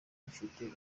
rufite